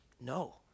No